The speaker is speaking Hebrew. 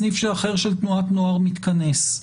סניף אחר של תנועת נוער מתכנס,